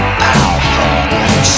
powerful